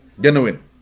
Genuine